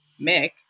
Mick